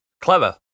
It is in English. clever